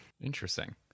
Interesting